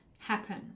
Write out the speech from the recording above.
happen